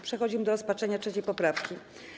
Przechodzimy do rozpatrzenia 3. poprawki.